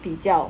比较